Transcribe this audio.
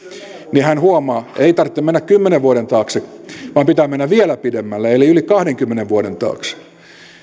niin hän huomaa ei tarvitse mennä kymmenen vuoden taakse vaan pitää mennä vielä pidemmälle eli yli kahdenkymmenen vuoden taakse